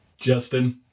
Justin